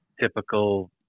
typical